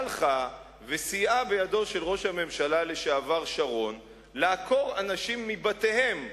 הלכה וסייעה בידו של ראש הממשלה לשעבר שרון לעקור אנשים מבתיהם,